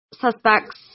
suspects